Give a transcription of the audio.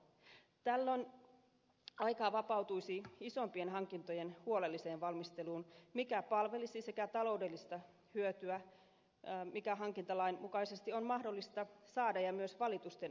tällöin aikaa vapautuisi isompien hankintojen huolelliseen valmisteluun mikä palvelisi sekä sitä taloudellista hyötyä jota hankintalain mukaisesti on mahdollista saada että myös valitusten vähentymistä markkinaoikeuteen